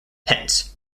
hence